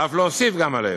ואף להוסיף עליהן.